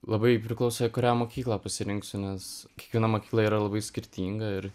labai priklauso kurią mokyklą pasirinksiu nes kiekviena mokykla yra labai skirtinga ir